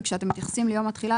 כשאתם מתייחסים ליום התחילה,